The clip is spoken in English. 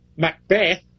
Macbeth